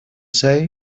say